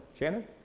Shannon